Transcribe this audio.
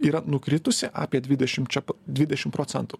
yra nukritusi apie dvidešimčia dvidešim procentų